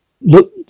look